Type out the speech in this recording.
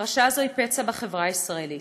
הפרשה הזאת היא פצע בחברה הישראלית,